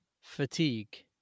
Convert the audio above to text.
fatigue